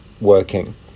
working